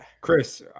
Chris